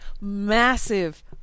massive